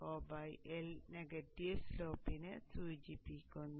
Vo L negative സ്ലോപ്പിനെ സൂചിപ്പിക്കുന്നു